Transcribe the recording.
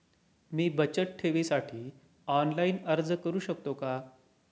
मी बचत ठेवीसाठी ऑनलाइन अर्ज करू शकतो का?